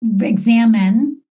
examine